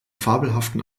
fabelhaften